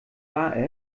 war